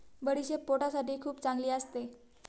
बडीशेप पोटासाठी खूप चांगली असते